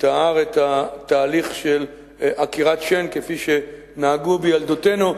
תיאר את התהליך של עקירת שן כפי שנהגו בילדותנו,